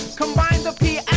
combined the piano.